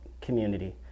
community